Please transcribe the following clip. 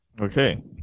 Okay